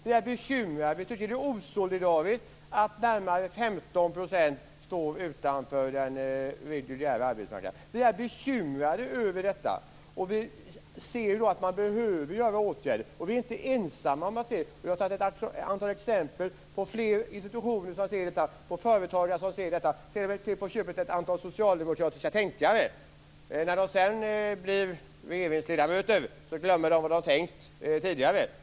Vi tycker att det är osolidariskt att närmare 15 % står utanför den reguljära arbetsmarknaden. Vi är bekymrade över detta. Vi ser att man behöver vidta åtgärder. Vi är inte ensamma om att se det. Vi har givit ett antal exempel på institutioner som ser detta, på företagare som ser detta och till på köpet på ett antal socialdemokratiska tänkare som ser detta. När de sedan blir regeringsledamöter glömmer de vad de har tänkt tidigare.